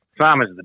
farmers